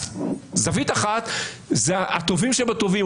זווית אחת היא שהטובים שבטובים,